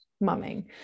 mumming